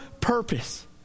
purpose